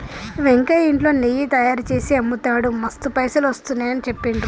వెంకయ్య ఇంట్లో నెయ్యి తయారుచేసి అమ్ముతాడు మస్తు పైసలు వస్తున్నాయని చెప్పిండు